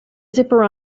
zipper